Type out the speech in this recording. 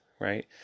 right